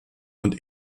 und